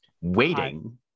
waiting